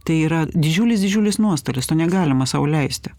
tai yra didžiulis didžiulis nuostolis to negalima sau leisti